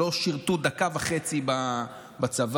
לא שירתו דקה וחצי בצבא,